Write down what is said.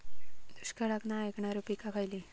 दुष्काळाक नाय ऐकणार्यो पीका खयली?